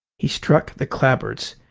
he struck the clapboards,